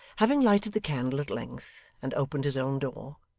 having lighted the candle at length and opened his own door,